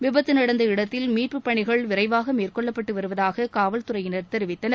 விபத்து நடந்த இடத்தில் மீட்பு பணிகள் விரைவாக மேற்கொள்ளப்பட்டு வருவதாக காவல்துறையினர் தெரிவித்தனர்